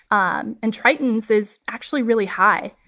um and triton's is actually really high.